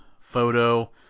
photo